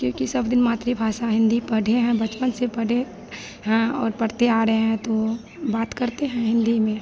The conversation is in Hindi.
क्योंकि सब दिन मातृभाषा हिन्दी पढ़े हैं बचपन से पढ़े हैं और पढ़ते आ रहे हैं तो बात करते हैं हिन्दी में